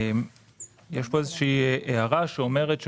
יש איזושהי הערה שאומרת,